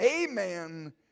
Amen